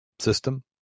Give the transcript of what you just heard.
system